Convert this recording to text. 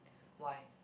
why